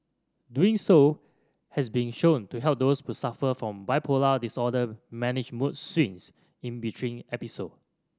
doing so has been shown to help those who suffer from bipolar disorder manage mood swings in between episode